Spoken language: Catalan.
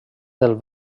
del